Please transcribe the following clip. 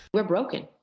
we are broken.